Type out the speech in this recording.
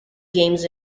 games